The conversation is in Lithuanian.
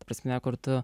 ta prasme kur tu